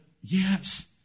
Yes